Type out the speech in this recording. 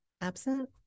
Absent